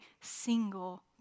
single